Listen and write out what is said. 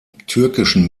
türkischen